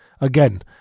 Again